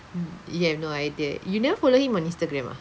mm you have no idea you never follow him on Instagram ah